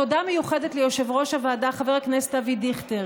תודה מיוחדת ליושב-ראש הוועדה חבר הכנסת אבי דיכטר,